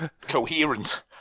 coherent